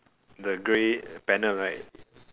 the grey panel right